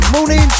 Morning